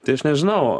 tai aš nežinau